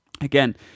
Again